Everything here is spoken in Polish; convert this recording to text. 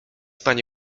pani